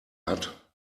hat